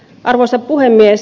arvoisa puhemies